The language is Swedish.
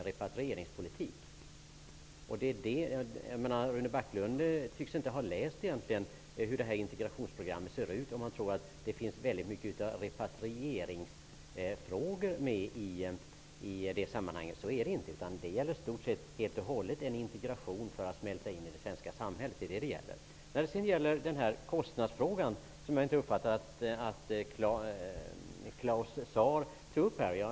Rune Backlund tycks inte ha läst integrationsprogrammet, eftersom han tror att det innehåller mycket av repatrieringsfrågor. Det gäller i stort sett en integration för att flyktingarna skall smälta in i det svenska samhället. Jag uppfattade inte att Claus Zaar tog upp kostnadsfrågan.